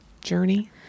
journey